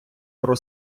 про